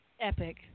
Epic